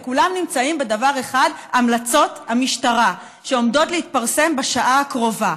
וכולם נמצאים בדבר אחד: המלצות המשטרה שעומדות להתפרסם בשעה הקרובה.